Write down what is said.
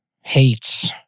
hates